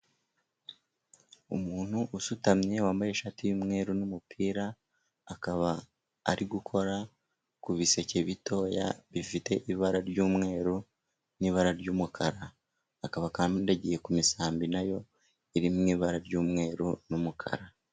Umuntu usutamye wambaye ishati y'umweru n'umupira, akaba ari gukora ku biseke bitoya bifite ibara ry'umweru n'ibara ry'umukara, akaba akandagiye ku misambi nayo iri mu ibara ry'umweru n'umukara.